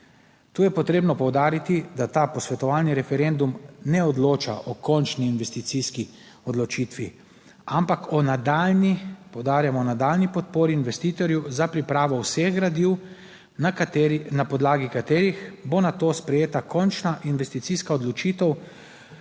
Tu je potrebno poudariti, da ta posvetovalni referendum ne odloča o končni investicijski odločitvi, ampak o nadaljnji, poudarjamo, o nadaljnji podpori investitorju za pripravo vseh gradiv na podlagi katerih bo nato sprejeta končna investicijska odločitev